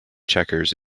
checkers